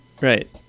right